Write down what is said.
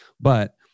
but-